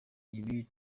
ibi